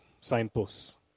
signposts